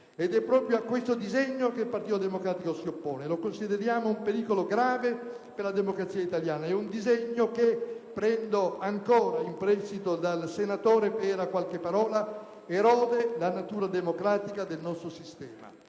Ed è proprio a questo disegno che il Partito Democratico si oppone: lo consideriamo un pericolo grave per la democrazia italiana. È un disegno che (prendo ancora in prestito dal senatore Pera qualche parola) erode la natura democratica del nostro sistema.